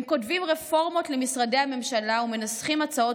הם כותבים רפורמות למשרדי הממשלה ומנסחים הצעות